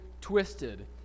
twisted